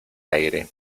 aire